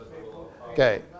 Okay